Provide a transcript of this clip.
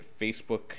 Facebook